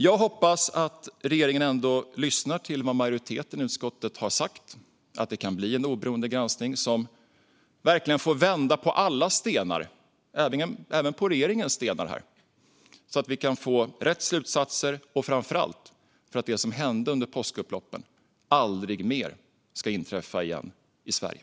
Jag hoppas att regeringen ändå lyssnar på vad majoriteten i utskottet har sagt och att det blir en oberoende granskning som verkligen får vända på alla stenar - även regeringens stenar - så att vi kan dra rätt slutsatser och framför allt så att det som hände under påskupploppen aldrig mer ska inträffa i Sverige.